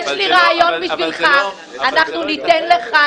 יש לי רעיון בשבילך: אנחנו ניתן לך,